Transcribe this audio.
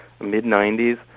mid-90s